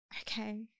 okay